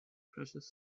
precious